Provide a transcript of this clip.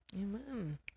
Amen